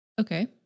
Okay